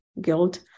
guilt